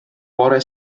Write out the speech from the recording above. bore